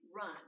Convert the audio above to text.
run